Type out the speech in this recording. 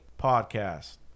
Podcast